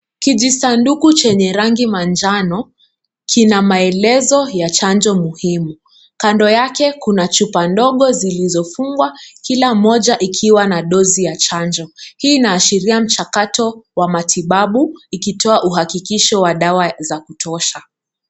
Kijisanduku chenye rangi manjano kina maelezo ya chanjo muhimu. Kando yake kuna chupa ndogo zilizofungwa kila moja ikiwa na dozi ya chanjo. Hii inaashiria mchakato wa matibabu ikitoa uhakikisho wa dawa za kutosha.